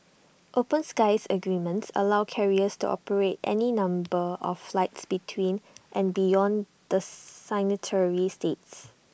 open skies agreements allow carriers to operate any number of flights between and beyond the signatory states